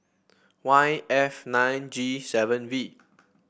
Y F nine G seven V